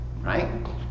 right